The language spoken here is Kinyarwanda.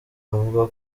avuga